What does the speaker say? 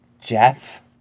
Jeff